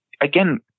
again